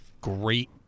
great